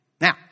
Now